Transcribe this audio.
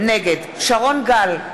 נגד שרון גל,